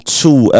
two